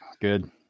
Good